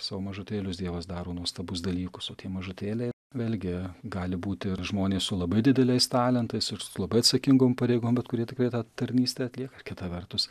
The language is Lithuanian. savo mažutėlius dievas daro nuostabus dalykus o tie mažutėliai vėlgi jie gali būt ir žmonės su labai dideliais talentais ir su labai atsakingom pareigom bet kurie tikrai tą tarnystę atlieka ir kita vertus